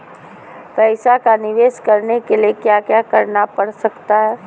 पैसा का निवेस करने के लिए क्या क्या करना पड़ सकता है?